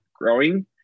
growing